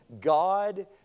God